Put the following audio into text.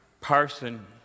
person